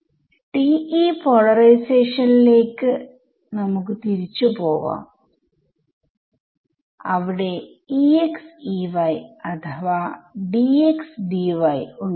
TE പോളറൈസേഷനിലേക്ക് നമുക്ക് തിരിച്ചു പോവാം അവിടെ അഥവാ ഉണ്ട്